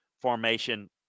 formation